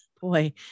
Boy